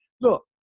Look